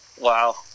Wow